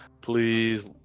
please